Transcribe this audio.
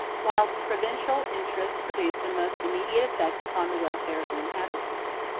whilst provincial interests produce a most immediate effect upon the welfare of the inhabitants.